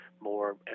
more